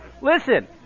listen